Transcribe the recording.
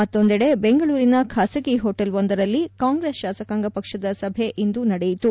ಮತ್ತೊಂದೆಡೆ ಬೆಂಗಳೂರಿನ ಬಾಸಗಿ ಹೊಟೇಲ್ವೊಂದರಲ್ಲಿ ಕಾಂಗ್ರೆಸ್ ಶಾಸಕಾಂಗ ಪಕ್ಷದ ಸಭೆ ಇಂದು ನಡೆಯಿತು